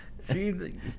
See